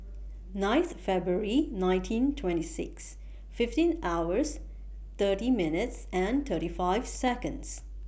nineth February nineteen twenty six fifteen hours thirty minutes thirty five Seconds